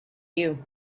you